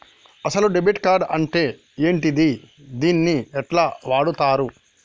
అసలు debit card అంటే ఏంటిది? దీన్ని ఎట్ల వాడుతరు?